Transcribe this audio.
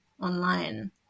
online